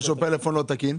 פלאפון לא תקין?